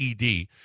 ED